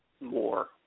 more